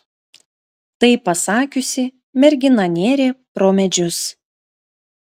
tai pasakiusi mergina nėrė pro medžius